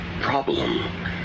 problem